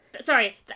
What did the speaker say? Sorry